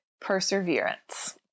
Perseverance